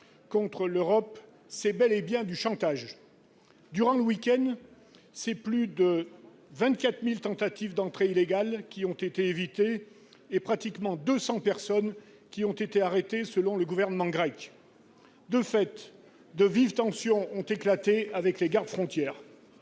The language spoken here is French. contre l'Europe. C'est bel et bien du chantage ! Durant le week-end, plus de 24 000 tentatives d'entrées illégales ont été évitées et quelque 200 personnes ont été arrêtées, selon le gouvernement grec. De fait, de vives tensions ont éclaté avec les gardes-frontières.